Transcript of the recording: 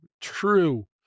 true